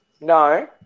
No